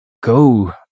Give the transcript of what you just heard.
go